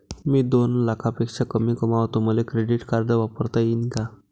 मी दोन लाखापेक्षा कमी कमावतो, मले क्रेडिट कार्ड वापरता येईन का?